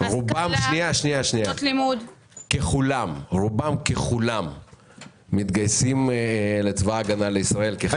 רובם ככולם מתגייסים לצבא הגנה לישראל כחיילים בודדים.